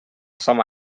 sama